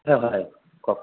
হয় হয় কওক